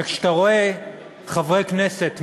וכשאתה רואה חברי כנסת מתונים,